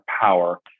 power